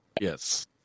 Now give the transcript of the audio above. Yes